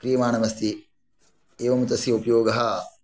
क्रियमाणमस्ति एवं तस्य उपयोगः